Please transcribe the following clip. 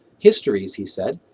histories, he said,